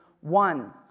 one